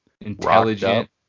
intelligent